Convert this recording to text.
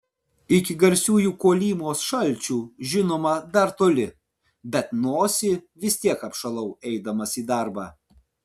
iki garsiųjų kolymos šalčių žinoma dar toli bet nosį vis tiek apšalau eidamas į darbą